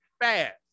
fast